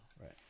right